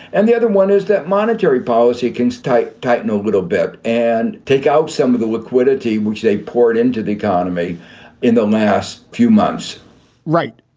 and the other one is that monetary policy can tight, tight, no little bit and take out some of the liquidity which they poured into the economy in the last few months right.